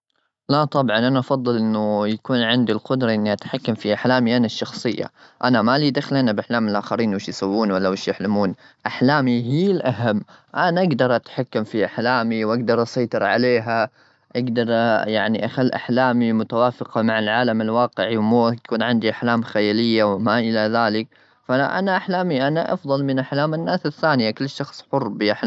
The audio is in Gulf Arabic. لا، طبعا! أنا أفضل إنه يكون عندي القدرة إني أتحكم في أحلامي أنا الشخصية. أنا مالي دخل أنا بأحلام الآخرين، وش يسوون؟ ولا وش يحلمون؟ أحلامي هي الأهم. أنا أقدر أتحكم في أحلامي وأقدر أسيطر عليها. أقدر، يعني أخلي أحلامي متوافقة مع العالم الواقعي، ومو يكون عندي أحلام خيالية وما إلى ذلك. فأنا-أنا أحلامي أنا أفضل من أحلام الناس الثانية. كل شخص حر بأحلامه.